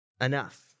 enough